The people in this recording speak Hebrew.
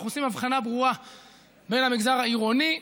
אנחנו עושים הבחנה ברורה בין המגזר העירוני,